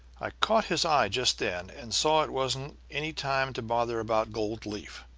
i caught his eye just then and saw it wasn't any time to bother about gold leaf.